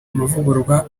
mavugurura